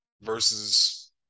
versus